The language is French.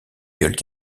gueules